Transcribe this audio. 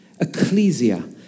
ecclesia